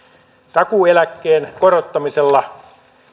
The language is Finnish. takuueläkkeen korottamisella ja